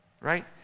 right